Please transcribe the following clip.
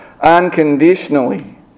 unconditionally